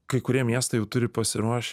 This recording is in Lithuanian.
kai kurie miestai jau turi pasiruoš